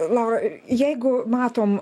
laura jeigu matom